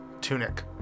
tunic